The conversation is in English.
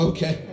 Okay